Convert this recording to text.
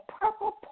purple